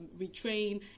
retrain